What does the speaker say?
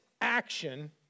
action